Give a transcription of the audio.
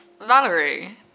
Valerie